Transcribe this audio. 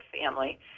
family